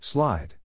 Slide